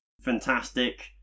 fantastic